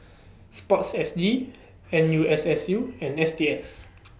Sport S G N U S S U and S T S